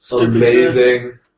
amazing